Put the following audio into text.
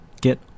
get